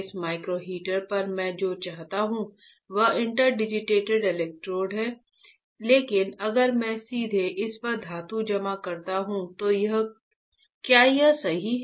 इस micro heater पर मैं जो चाहता हूं वह इंटरडिजिटेटेड इलेक्ट्रोड है लेकिन अगर मैं सीधे इस पर धातु जमा करता हूं तो क्या यह सही है